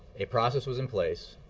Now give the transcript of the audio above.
a process was in place,